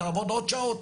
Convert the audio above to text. תעבוד עוד שעות.